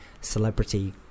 celebrity